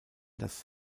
das